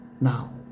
now